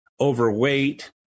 overweight